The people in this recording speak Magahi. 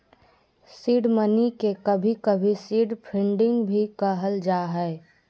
सीड मनी के कभी कभी सीड फंडिंग भी कहल जा हय